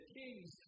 kings